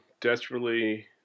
Desperately